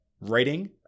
writing